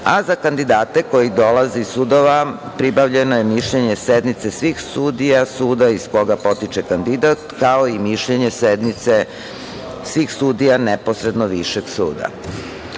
a za kandidate koji dolaze iz sudova pribavljeno je mišljenje sednice svih sudija suda iz koga potiče kandidat, kao i mišljenje sednice svih sudija neposredno višeg suda.U